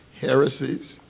heresies